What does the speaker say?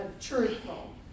truthful